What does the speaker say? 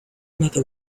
matter